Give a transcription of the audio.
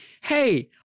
hey